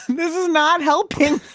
this is not helping